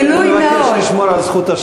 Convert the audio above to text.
גילוי נאות.